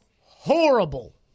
horrible